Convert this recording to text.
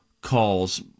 calls